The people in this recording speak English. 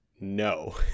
no